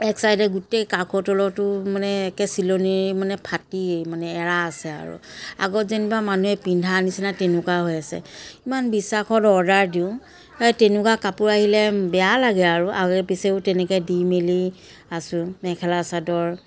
একচাইডে গোটেই কাষৰ তলৰটো মানে একে চিলনি মানে ফাটি মানে এৰা আছে আৰু আগত যেনিবা মানুহে পিন্ধাৰ নিচিনা তেনেকুৱা হৈ আছে ইমান বিশ্বাসত অৰ্ডাৰ দিওঁ সেই তেনেকুৱা কাপোৰ আহিলে বেয়া লাগে আৰু আগে পিছেও তেনেকৈ দি মেলি আছো মেখেলা চাদৰ